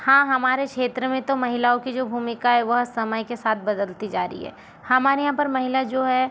हाँ हमारे क्षेत्र में तो महिलाओं की जो भूमिका है वह समय के साथ बदलती जा रही है हमारे यहाँ पर महिला जो हैं